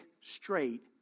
straight